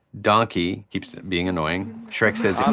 donkey keeps being annoying, shrek says, um